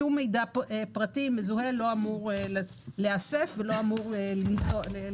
שום מידע פרטי מזוהה לא אמור להיאסף ולא אמור לטייל.